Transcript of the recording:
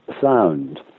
sound